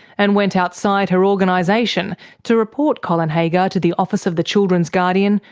and went outside her organisation to report colin haggar to the office of the children's guardian,